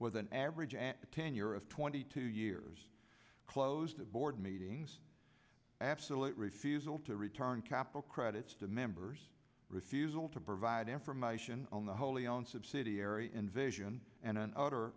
with an average tenure of twenty two years closed at board meetings absolute refusal to return capital credits to members refusal to provide information on a wholly owned subsidiary invasion and an utter